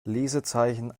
lesezeichen